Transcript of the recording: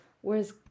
Whereas